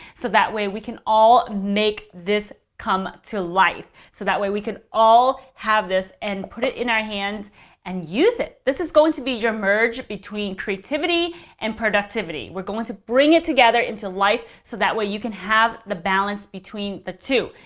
so that way we can all make this come to life. so that way we could all have this and put it in our hands and use it. this is going to be merge between creativity and productivity. we're going to bring it together into life. so that way you can have the balance between the two.